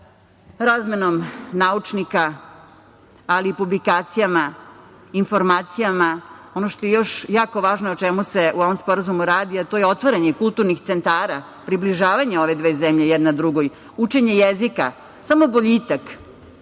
Razmenom naučnika, ali i publikacijama, informacijama. Ono što je još jako važno i o čemu se u ovom sporazumu radi, a to je otvaranje kulturnih centara, približavanje ove dve zemlje jedna drugoj, učenje jezika, samo boljitak.